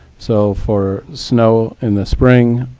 so for snow in the spring,